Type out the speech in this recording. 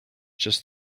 just